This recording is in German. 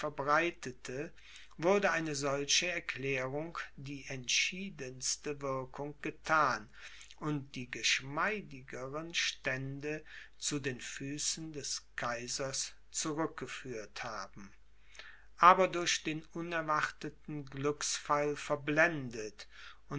verbreitete würde eine solche erklärung die entschiedenste wirkung gethan und die geschmeidigeren stände zu den füßen des kaisers zurückgeführt haben aber durch den unerwarteten glücksfall verblendet